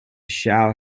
shall